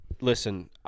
Listen